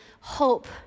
hope